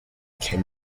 can